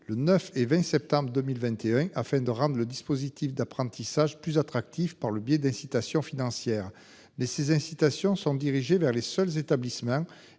le 9 et 20 septembre 2021 afin de rendre le dispositif d'apprentissage plus attractif, par le biais d'incitation financière des ces incitations sont dirigés vers les seuls établissements